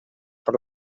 per